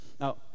Now